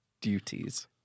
duties